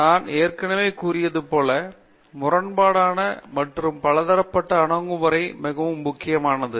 நான் ஏற்கனவே கூறியது போல முரண்பாடான மற்றும் பலதரப்பட்ட அணுகுமுறை மிகவும் முக்கியமானது